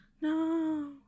No